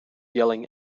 yelling